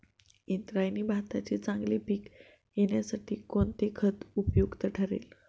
इंद्रायणी भाताचे चांगले पीक येण्यासाठी कोणते खत उपयुक्त ठरेल?